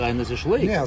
kainas išlaiko